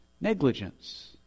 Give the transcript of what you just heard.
Negligence